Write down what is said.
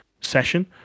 session